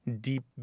deep